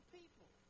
people